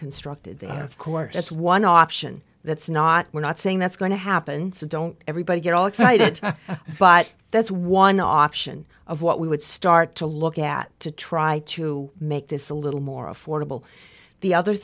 constructed of course that's one option that's not we're not saying that's going to happen so don't everybody get all excited but that's one option of what we would start to look at to try to make this a little more affordable the other